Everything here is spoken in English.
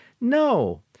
No